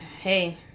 hey